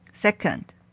Second